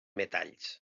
metalls